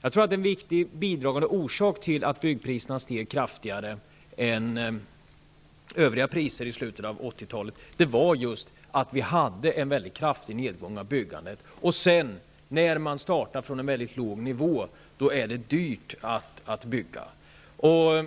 Jag tror också att en viktig bidragande orsak till att byggpriserna steg kraftigare än övriga priser i slutet av 80-talet var just att vi hade en mycket kraftig nedgång i byggandet. När man sedan startar från en mycket låg nivå är det dyrt att bygga. Också